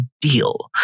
deal